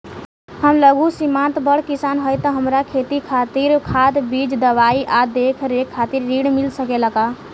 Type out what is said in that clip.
हम लघु सिमांत बड़ किसान हईं त हमरा खेती खातिर खाद बीज दवाई आ देखरेख खातिर ऋण मिल सकेला का?